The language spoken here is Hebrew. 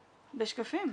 בשקפים.